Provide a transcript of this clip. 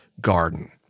garden